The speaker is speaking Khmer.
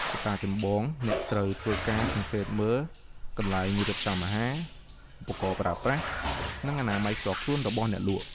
កត្តាចម្បងអ្នកត្រូវធ្វើការសង្កេតមើលកន្លែងរៀបចំអាហារ ឧបករណ៍ប្រើប្រាស់ និងអនាម័យផ្ទាល់ខ្លួនរបស់អ្នកលក់។